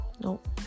nope